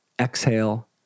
exhale